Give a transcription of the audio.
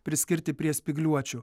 priskirti prie spygliuočių